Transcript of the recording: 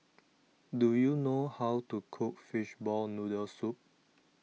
do you know how to cook Fishball Noodle Soup